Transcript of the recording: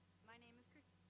my name is